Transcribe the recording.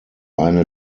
eine